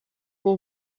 pour